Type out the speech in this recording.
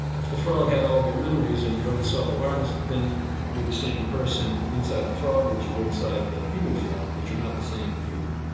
if the frog had all of your memories and your own self-awareness, then you're the same person inside the frog that you were inside the human form, but you're not the same human.